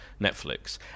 Netflix